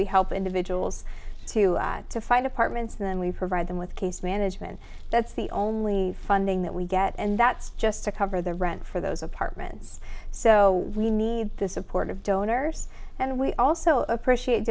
we help individuals to to find apartments and then we provide them with case management that's the only funding that we get and that's just to cover the rent for those apartments so we need the support of donors and we also appreciate